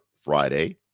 Friday